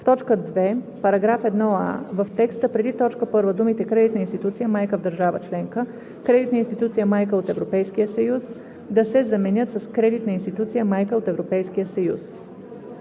В т. 2 –§ 1а, в текста преди т. 1 думите „кредитна институция майка в държава членка“, „кредитна институция майка от ЕС“ да се заменят с „кредитна институция майка от Европейския съюз“.“